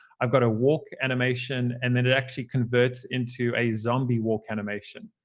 i've got a walk animation. and then it actually converts into a zombie walk animation.